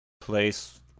place